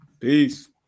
peace